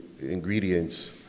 ingredients